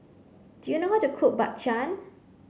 do you know how to cook Bak Chang